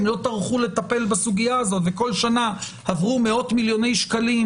לא טרחו לטפל בסוגיה הזאת וכל שנה עברו מאות מיליוני שקלים,